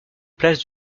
place